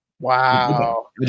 Wow